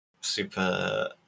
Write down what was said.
Super